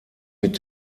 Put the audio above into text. mit